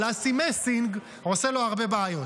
אבל אסי מסינג עושה לו הרבה בעיות.